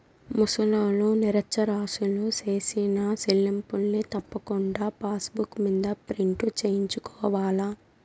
ముసలోల్లు, నిరచ్చరాసులు సేసిన సెల్లింపుల్ని తప్పకుండా పాసుబుక్ మింద ప్రింటు సేయించుకోవాల్ల